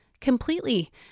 completely